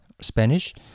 Spanish